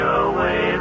away